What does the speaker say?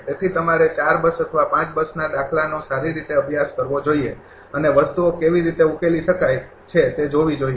તેથી તમારે ૪ બસ અથવા ૫ બસનો દાખલાનો સારી રીતે અભ્યાસ કરવો જોઈએ અને વસ્તુઓ કેવી રીતે ઉકેલી શકાય છે તે જોવી જોઈએ